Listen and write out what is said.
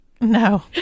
No